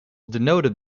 denoted